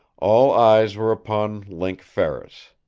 all eyes were upon link ferris.